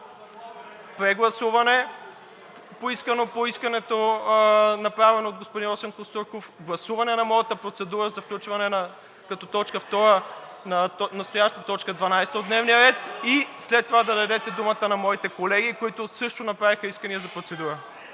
прегласуване, направено от господин Росен Костурков, гласуване на моята процедура за включване като точка втора на настоящата точка дванадесета от дневния ред и след това да дадете думата на моите колеги, които също направиха искания за процедура.